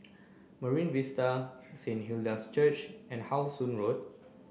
Marine Vista Saint Hilda's Church and How Sun Road